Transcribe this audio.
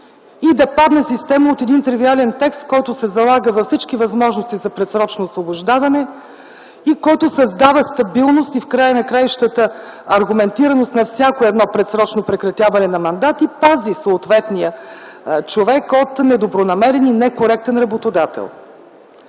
и да падне система от един тривиален текст, който се залага във всички възможности за предсрочно освобождаване, и който създава стабилност, и в края на краищата, аргументираност на всяко едно предсрочно прекратяване на мандати пази съответния човек от недобронамерен и некоректен работодател.